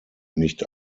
nicht